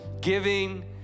giving